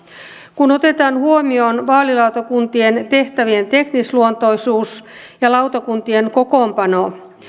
kun otetaan huomioon vaalilautakuntien tehtävien teknisluontoisuus ja lautakuntien kokoonpano